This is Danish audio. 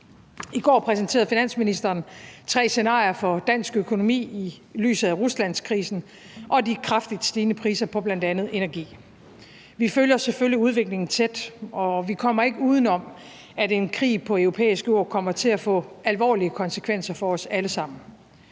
I går præsenterede finansministeren tre scenarier for dansk økonomi i lyset af Ruslandskrisen og de kraftigt stigende priser på bl.a. energi. Vi følger selvfølgelig udviklingen tæt, og vi kommer ikke uden om, at en krig på europæisk jord kommer til at få alvorlige konsekvenser for os alle sammen.